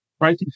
Right